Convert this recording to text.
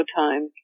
time